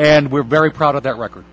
and we're very proud of that record